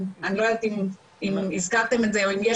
אני לא יודעת אם הזכרתם את זה או אם יש